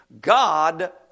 God